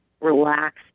relax